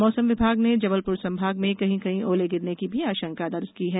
मौसम विभाग ने जबलपुर संभाग में कहीं कहीं ओले गिरने की भी आशंका दर्ज कराई है